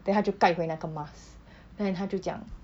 then 他就盖回那个 mask then 他就讲